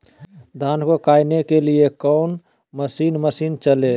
धन को कायने के लिए कौन मसीन मशीन चले?